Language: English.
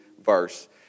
verse